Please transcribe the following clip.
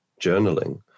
journaling